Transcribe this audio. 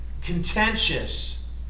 contentious